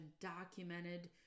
documented